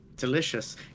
delicious